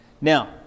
now